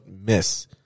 miss